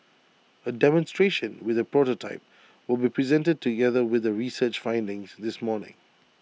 A demonstration with A prototype will be presented together with the research findings this morning